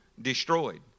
destroyed